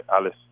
Alice